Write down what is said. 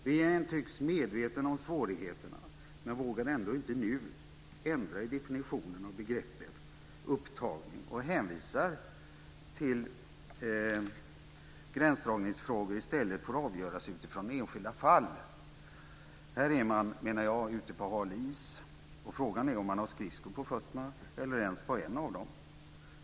Regeringen tycks medveten om svårigheterna, men vågade ändå inte nu ändra i definitionen av begreppet upptagning och hänvisar till att gränsdragningsfrågor i stället får avgöras utifrån det enskilda fallet. Här är man ute på hal is. Frågan är om man har skridskor på fötterna eller ens på en fot.